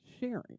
sharing